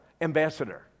ambassador